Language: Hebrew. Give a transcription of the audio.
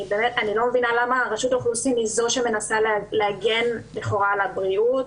אני לא מבינה למה רשות האוכלוסין היא זו שמנסה להגן לכאורה על הבריאות